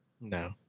No